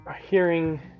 hearing